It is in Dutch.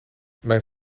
mijn